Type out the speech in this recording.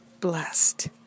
blessed